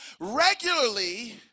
regularly